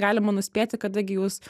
galima nuspėti kada gi jūs